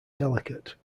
delicate